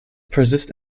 persist